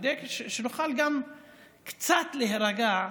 כדי שנוכל גם קצת להירגע,